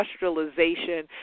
industrialization